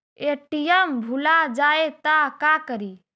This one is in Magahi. ए.टी.एम भुला जाये त का करि?